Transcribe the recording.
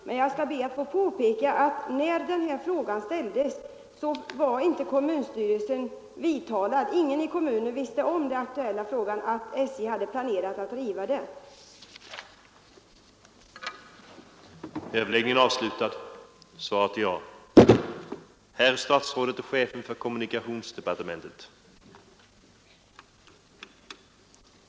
Men jag skall be att få påpeka att när den här frågan ställdes var inte kommunstyrelsen vidtalad; ingen i kommunen visste om att SJ hade planerat att riva stationshuset.